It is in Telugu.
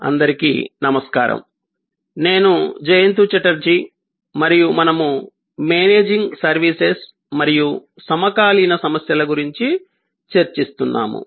అందరికీ నమస్కారం నేను జయంతా ఛటర్జీ మరియు మనము మేనేజింగ్ సర్వీసెస్ మరియు సమకాలీన సమస్యల గురించి చర్చిస్తున్నాము